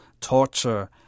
torture